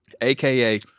AKA